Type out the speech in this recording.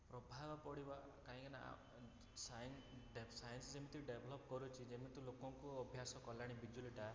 ପ୍ରଭାବ ପଡ଼ିବା କାଇଁକିନା ଆମ ସାଇନ ସାଇନ୍ସ ଯେମିତି ଡେଭଲପ୍ କରୁଛି ଯେମିତି ଲୋକଙ୍କୁ ଅଭ୍ୟାସ କଲାଣି ବିଜୁଳିଟା